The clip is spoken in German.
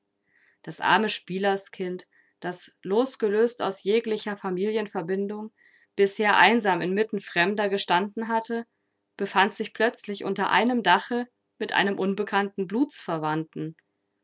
das arme spielerskind das losgelöst aus jeglicher familienverbindung bisher einsam inmitten fremder gestanden hatte befand sich plötzlich unter einem dache mit einem unbekannten blutsverwandten